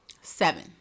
Seven